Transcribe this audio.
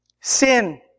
Sin